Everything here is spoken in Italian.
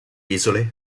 isole